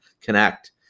connect